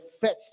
fetch